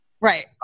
Right